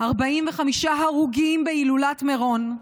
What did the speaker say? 45 הרוגים בהילולת מירון.